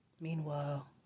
Meanwhile